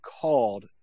called